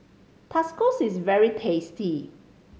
tacos is very tasty